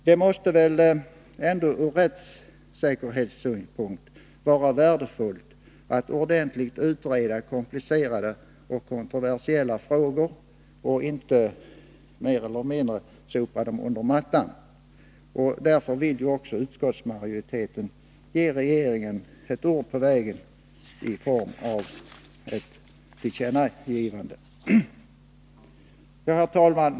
Det måste väl ändå ur rättssäkerhetssynpunkt vara värdefullt att ordentligt utreda komplicerade och kontroversiella frågor och inte mer eller mindre sopa dem under mattan. Därför vill också utskottsmajoriteten ge regeringen ett ord på vägen i form av ett tillkännagivande. Herr talman!